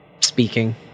speaking